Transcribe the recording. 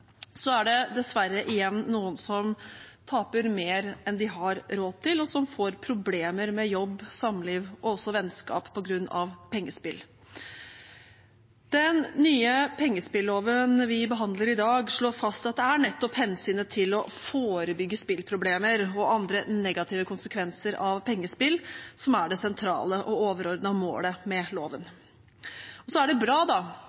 Så er det dessverre igjen noen som taper mer enn de har råd til, og som får problemer med jobb, samliv og også vennskap på grunn av pengespill. Den nye pengespilloven vi behandler i dag, slår fast at det er nettopp hensynet til å forebygge spilleproblemer og andre negative konsekvenser av pengespill som er det sentrale og overordnede målet med loven. I tillegg er det bra